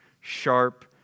sharp